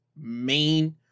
main